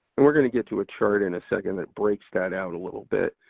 and we're gonna get to a chart in a second that breaks that out a little bit.